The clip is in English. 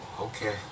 okay